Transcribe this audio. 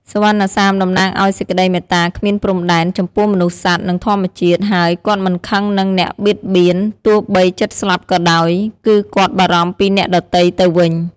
សុវណ្ណសាមតំណាងឱ្យសេចក្ដីមេត្តាគ្មានព្រំដែន ចំពោះមនុស្ស សត្វ និងធម្មជាតិ ហើយ គាត់មិនខឹងនឹងអ្នកបៀតបៀន ទោះបីជិតស្លាប់ក៏ដោយ គឺគាត់បារម្ភពីអ្នកដទៃ ទៅវិញ។